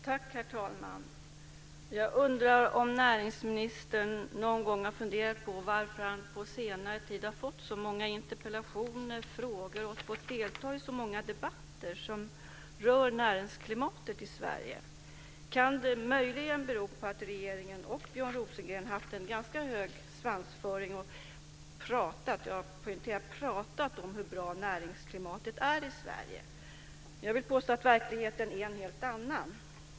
Herr talman! Jag undrar om näringsministern någon gång har funderat på varför han under den senaste tiden har fått så många interpellationer och frågor och fått delta i så många debatter som rör näringsklimatet i Sverige. Kan det möjligen bero på att regeringen och Björn Rosengren har haft en ganska hög svansföring när de har pratat - och jag vill poängtera pratat - om hur bra näringsklimatet är i Sverige? Jag vill påstå att verkligheten är en helt annan.